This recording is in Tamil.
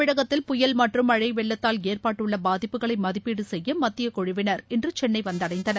தமிழகத்தில் புயல் மற்றும் மழை வெள்ளத்தால் ஏற்பட்டுள்ள பாதிப்புகளை மதிப்பீடு செய்ய மத்தியக்குழுவினர் இன்று சென்னை வந்தடைந்தனர்